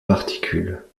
particules